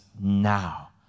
now